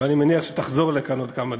אבל אני מניח שתחזור לכאן עוד כמה דקות.